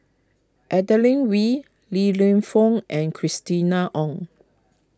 Adeline Ooi Li Lienfung and Christina Ong